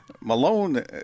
Malone